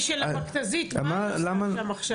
למה שמתם את המצלמה של המכתזית אם היא לא עושה כלום?